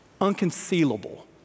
Unconcealable